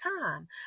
time